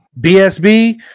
BSB